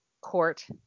court